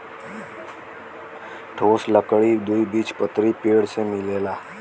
ठोस लकड़ी द्विबीजपत्री पेड़ से मिलेला